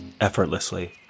effortlessly